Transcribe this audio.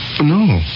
No